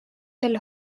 sel